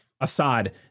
Assad